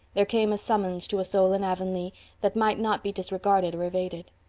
there came a summons to a soul in avonlea that might not be disregarded or evaded.